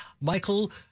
Michael